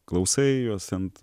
klausai juos ant